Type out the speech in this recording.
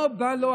לא בא לו,